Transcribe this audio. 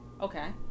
okay